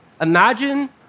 imagine